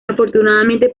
afortunadamente